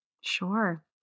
Sure